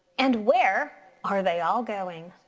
and where are they all going?